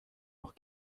noch